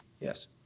Yes